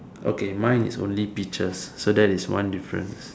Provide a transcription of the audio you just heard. okay mine is only peaches so that is one difference